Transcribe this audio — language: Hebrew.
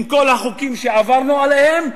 עם כל החוקים העוקבים שעברנו עליהם,